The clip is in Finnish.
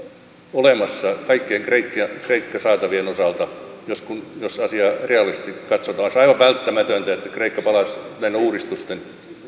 olemassa kaikkien kreikka saatavien osalta jos asiaa realistisesti katsotaan olisi aivan välttämätöntä että kreikka palaisi näiden uudistusten